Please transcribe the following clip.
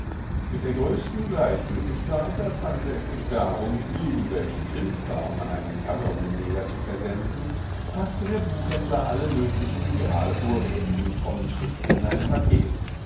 mit der größten gleichgültigkeit als handle es sich darum irgendwelchen krimskram an einen kamerunneger zu versenden packte der buchhändler alle möglichen gerade vorrätigen frommen schriften in ein paket